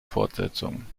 fortsetzungen